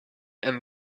and